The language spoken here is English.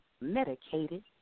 medicated